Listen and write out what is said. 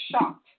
shocked